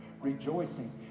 rejoicing